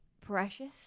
precious